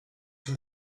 się